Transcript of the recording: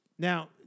Now